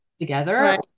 together